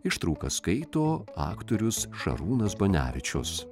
ištraukas skaito aktorius šarūnas banevičius